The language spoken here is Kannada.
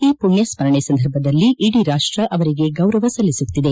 ಈ ಪುಣ್ಯ ಸ್ಮರಣೆ ಸಂದರ್ಭದಲ್ಲಿ ಇಡೀ ರಾಷ್ಟ್ರ ಅವರಿಗೆ ಗೌರವ ಸಲ್ಲಿಸುತ್ತಿದೆ